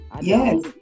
Yes